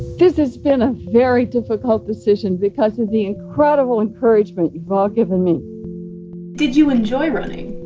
this has been a very difficult decision because of the incredible encouragement you've all given me did you enjoy running?